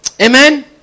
Amen